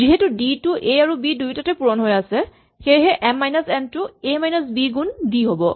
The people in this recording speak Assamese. যিহেতু ডি টো এ আৰু বি দুয়োটাতে পুৰণ হৈ আছে সেয়েহে এম মাইনাচ এন টো এ মাইনাচ বি গুণ ডি হ'ব